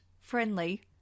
friendly